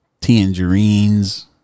tangerines